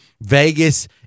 Vegas